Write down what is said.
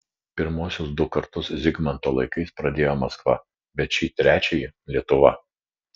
pirmuosius du karus zigmanto laikais pradėjo maskva bet šį trečiąjį lietuva